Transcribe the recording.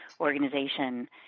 organization